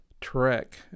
trek